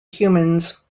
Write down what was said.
humans